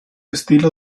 estilo